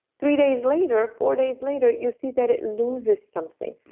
three days later, four days later you see that it loses something.